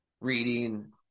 reading